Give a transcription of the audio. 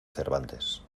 cervantes